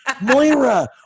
Moira